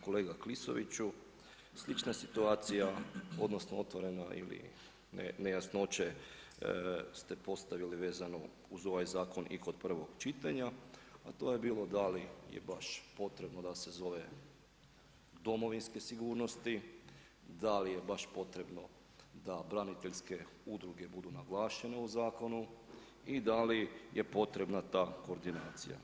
Kolega Klisoviću, slična situacija, odnosno otvorena ili nejasnoće ste postavili vezano uz ovaj zakon i kod prvog čitanja a to je bilo da li je baš potrebno da se zove Domovinske sigurnosti, dal i je baš potrebno da braniteljske udruge budu naglašene u zakonu i da li je potrebna ta koordinacija.